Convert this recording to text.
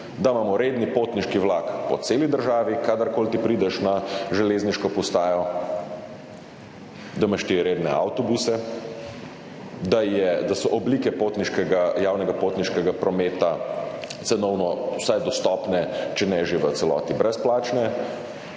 da imamo redni potniški vlak po celi državi, kadarkoli ti prideš na železniško postajo, da imaš redne avtobuse, da so oblike javnega potniškega prometa cenovno vsaj dostopne, če ne že v celoti brezplačne,